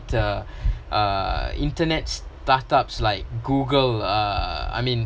the uh internet startups like Google uh I mean